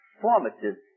formative